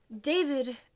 David